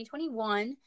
2021